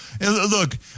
Look